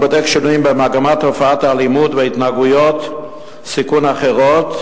הבודק שינויים במגמות תופעת האלימות והתנהגויות סיכון אחרות,